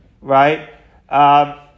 right